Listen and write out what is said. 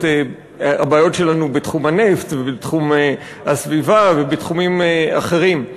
הבעיות שלנו בתחום הנפט ובתחום הסביבה ובתחומים אחרים.